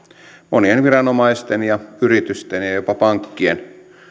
monien viranomaisten ja yritysten ja ja jopa pankkien